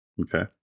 Okay